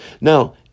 Now